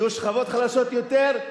יהיו שכבות חלשות יותר,